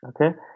okay